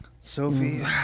Sophie